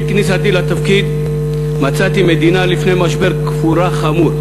עם כניסתי לתפקיד מצאתי מדינה לפני משבר קבורה חמור.